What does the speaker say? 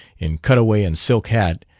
in cutaway and silk hat,